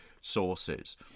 sources